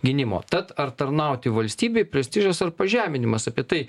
gynimo tad ar tarnauti valstybei prestižas ar pažeminimas apie tai